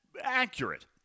Accurate